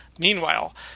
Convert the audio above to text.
Meanwhile